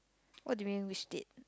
what do you mean which date